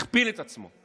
הכפיל את עצמו.